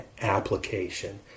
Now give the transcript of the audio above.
application